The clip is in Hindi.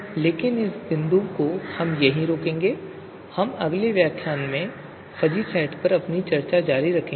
लेकिन हम इस बिंदु पर रुकेंगे और हम अगले व्याख्यान में फजी सेट पर अपनी चर्चा जारी रखेंगे